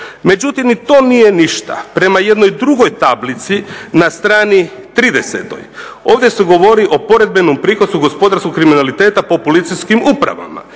Međutim, ni to nije ništa. Prema jednoj drugoj tablici na strani 30. ovdje se govori o poredbenom prikazu gospodarskog kriminaliteta po policijskim upravama,